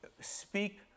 speak